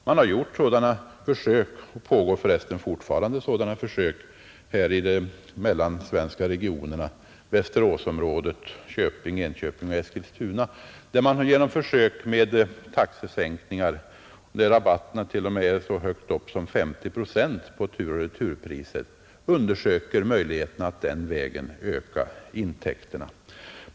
Man har gjort sådana försök med taxesänkningar, och de pågår för resten fortfarande, i de mellansvenska regionerna — Västeråsområdet, Köping, Enköping och Eskilstuna — och undersöker möjligheterna att den vägen öka intäkterna. Rabatterna är därvid så höga som 50 procent på tur och returpriset.